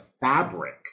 fabric